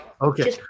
okay